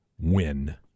win